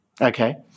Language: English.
okay